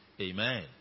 Amen